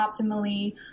optimally